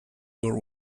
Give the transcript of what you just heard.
were